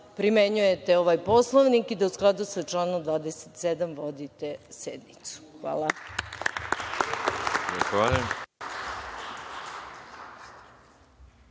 primenjujete ovaj poslovnik i da u skladu sa članom 27. vodite sednicu. Hvala.